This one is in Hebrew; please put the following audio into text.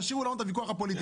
תשאירו לנו את הוויכוח הפוליטי.